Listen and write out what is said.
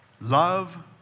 Love